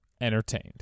entertained